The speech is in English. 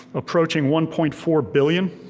approaching one point four billion.